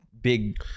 big